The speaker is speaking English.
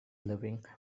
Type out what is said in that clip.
living